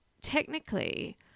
technically